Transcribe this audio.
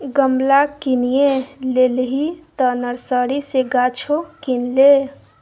गमला किनिये लेलही तँ नर्सरी सँ गाछो किन ले